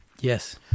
Yes